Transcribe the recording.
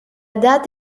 date